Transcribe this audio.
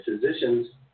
physician's